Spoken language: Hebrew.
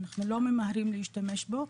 אנחנו לא ממהרים להשתמש בו,